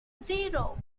zero